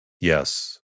yes